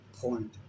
point